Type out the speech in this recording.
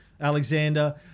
Alexander